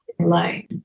alone